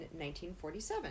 1947